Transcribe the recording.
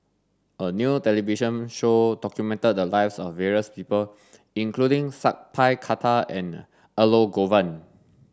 a new television show documented the lives of various people including Sat Pal Khattar and Elangovan